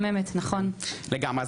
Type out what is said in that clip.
לגמרי.